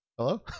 Hello